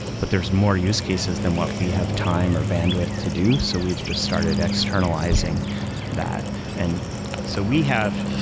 but there's more use cases than what we have time, or bandwidth to do, so we've just started externalizing that and so we have